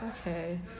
okay